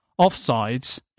Offsides